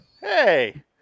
Hey